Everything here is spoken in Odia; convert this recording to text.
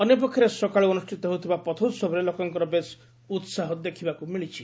ଅନ୍ୟପକ୍ଷରେ ସକାଳୁ ଅନୁଷ୍ଠିତ ହେଉଥିବା ପଥୋହବରେ ଲୋକଙ୍କର ବେଶ୍ ଉସାହ ଦେଖିବାକୁ ମିଳୁଛି